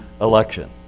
election